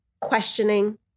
questioning